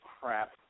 crap